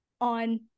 on